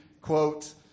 quote